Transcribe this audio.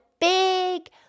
big